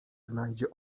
znajdzie